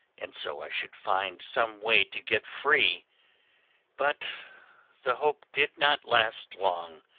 and so i should find some way to get free but the hope did not last long,